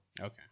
okay